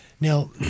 Now